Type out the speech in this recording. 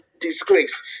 disgrace